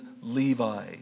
Levi